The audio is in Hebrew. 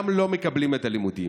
הם גם לא מקבלים את הלימודים,